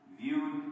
viewed